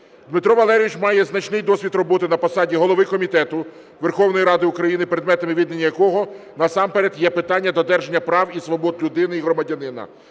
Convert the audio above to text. Дмитро Валерійович має значний досвід роботи на посаді голови Комітету Верховної Ради України, предметом відання якого насамперед є питання додержання прав і свобод людини і громадянина,